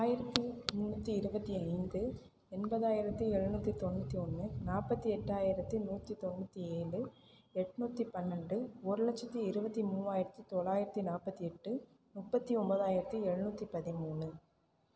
ஆயிரத்து முன்னூற்றி இருபத்து ஐந்து எண்பதாயிராத்து எழுநூத்தி தொண்ணூற்றி ஒன்று நாற்பத்தி எட்டாயிரத்து நூற்றி தொண்ணூற்றி ஏழு எட்நூற்றி பன்னெண்டு ஒரு லட்சத்து இருபத்தி மூவாயிரத்து தொள்ளாயிரத்தி நாற்பத்தி எட்டு முப்பத்து ஒம்பதாயிரத்து எழுநூத்தி பதிமூணு